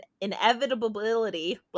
inevitability